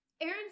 Aaron